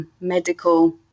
medical